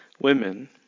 women